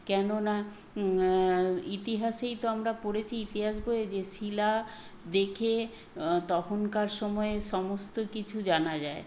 কেননা ইতিহাসেই তো আমরা পড়েছি ইতিহাস বইয়ে যে শিলা দেখে তখনকার সময়ের সমস্ত কিছু জানা যায়